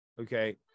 okay